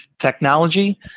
technology